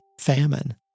famine